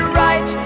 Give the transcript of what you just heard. right